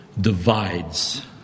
divides